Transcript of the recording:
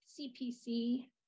CPC